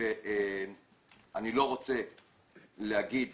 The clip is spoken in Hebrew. אני לא רוצה להגיד